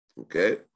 Okay